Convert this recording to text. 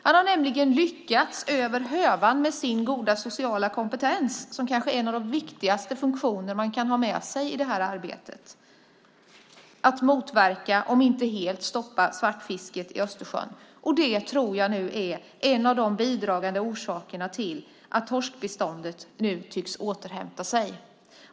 Han har nämligen lyckats mer än väl med sin goda sociala kompetens, som kanske är en av de viktigaste funktioner man kan ha med sig i arbetet med att motverka eller helst helt stoppa svartfisket i Östersjön. Jag tror att detta är en av de bidragande orsakerna till att torskbeståndet nu tycks återhämta sig.